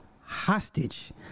hostage